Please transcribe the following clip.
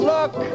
Look